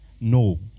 No